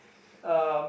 um